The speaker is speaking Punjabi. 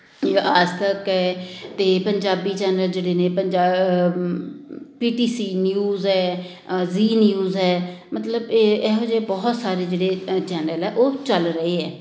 ਆਜ ਤੱਕ ਹੈ ਅਤੇ ਪੰਜਾਬੀ ਚੈਨਲ ਜਿਹੜੇ ਨੇ Punjab P T C news ਹੈ ਜ਼ੀ ਨਿਊਜ਼ ਹੈ ਮਤਲਬ ਇਹ ਇਹੋ ਜਿਹੇ ਬਹੁਤ ਸਾਰੇ ਜਿਹੜੇ ਚੈਨਲ ਆ ਉਹ ਚੱਲ ਰਹੇ ਹੈ